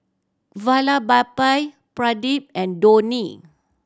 Vallabhbhai Pradip and Dhoni